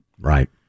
Right